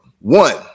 One